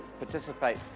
participate